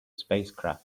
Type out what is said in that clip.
spacecraft